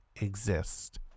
exist